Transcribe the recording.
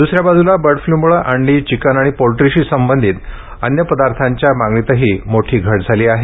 द्सऱ्या बाजूला bird flu मुळं अंडी चिकन आणि पोल्ट्रीशी संबंधित अन्य पदार्थांच्या मागणीतही मोठी घट झाली आहे